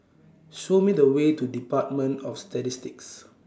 Show Me The Way to department of Statistics